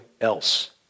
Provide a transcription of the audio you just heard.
else